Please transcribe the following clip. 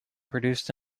produced